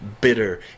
bitter